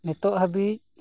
ᱱᱤᱛᱚᱜ ᱦᱟᱹᱵᱤᱡ